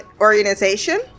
organization